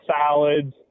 salads